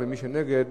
ומי שנגד,